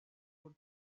sur